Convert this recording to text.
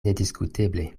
nediskuteble